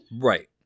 Right